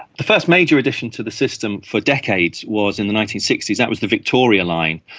the first major addition to the system for decades was in the nineteen sixty s, that was the victoria line.